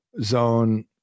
zone